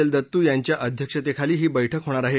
L Dattu यांच्या अध्यक्षतेखाली ही बैठक होणार आहे